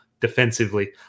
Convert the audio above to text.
Defensively